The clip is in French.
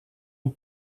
aux